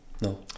No